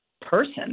person